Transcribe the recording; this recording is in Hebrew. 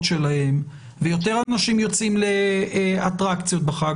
שלהם ויותר אנשים יוצאים לאטרקציות בחג.